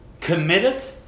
committed